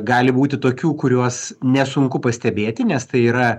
gali būti tokių kuriuos nesunku pastebėti nes tai yra